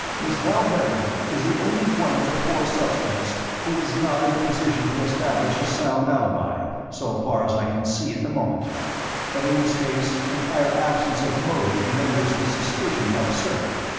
miss val beverley is the only one of the four suspects who is not in a position to establish a sound alibi so far as i can see at the moment but in this case entire absence of motive renders the suspicion absurd.